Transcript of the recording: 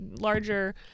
larger